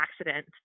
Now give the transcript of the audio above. accident